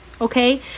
okay